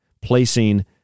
placing